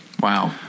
Wow